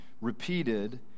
Repeated